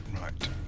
Right